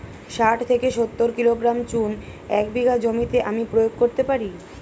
শাঠ থেকে সত্তর কিলোগ্রাম চুন এক বিঘা জমিতে আমি প্রয়োগ করতে পারি?